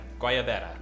Guayabera